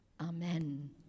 Amen